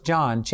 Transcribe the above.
John